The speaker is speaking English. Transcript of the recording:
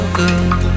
good